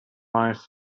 life